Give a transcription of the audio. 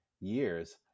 years